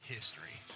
History